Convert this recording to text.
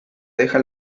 deja